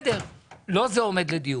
לא זה עומד לדיון.